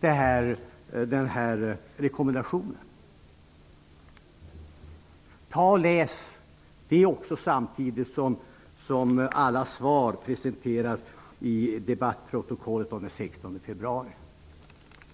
har den rekommendationen. Ta och läs den samtidigt som alla svar som presenteras i debattprotokollet från den 16 februari!